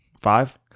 five